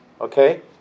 okay